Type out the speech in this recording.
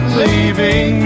leaving